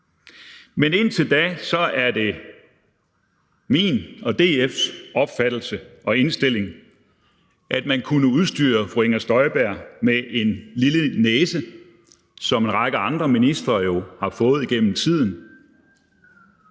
Men indtil da er det min og DF's opfattelse og indstilling, at man kunne udstyre fru Inger Støjberg med en lille næse, som en række andre ministre jo har fået igennem tiden.